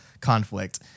conflict